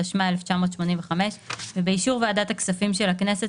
התשמ"ה-1985 ובאישור ועדת הכספים של הכנסת